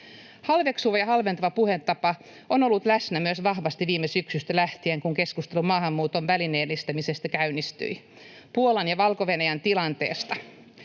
Halveksuva ja halventava puhetapa on ollut läsnä vahvasti viime syksystä lähtien, kun keskustelu maahanmuuton välineellistämisestä käynnistyi Puolan ja Valko-Venäjän tilanteesta.